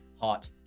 Hot